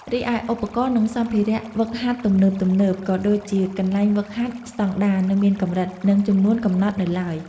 រីឯឧបករណ៍ និងសម្ភារៈហ្វឹកហាត់ទំនើបៗ ក៏ដូចជាកន្លែងហ្វឹកហាត់ស្តង់ដារ នៅមានកម្រិត និងចំនួនកំណត់នៅឡើយ។